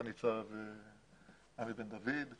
סגן ניצב עמי בן דוד.